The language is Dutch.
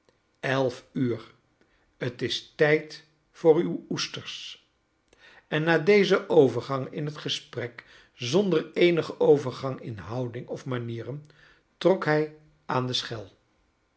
elf uur tis tijd voor uw oesters en na dezen overgang in het gesprek zonder eenigen overgang in houding of manieren trok hij aan de schel